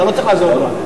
אתה לא צריך לעזור לו,